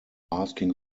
asking